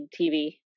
TV